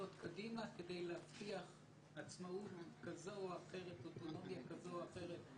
קדימה כדי להבטיח עצמאות כזו או אחרת לספורט,